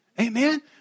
Amen